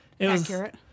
Accurate